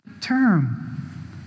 term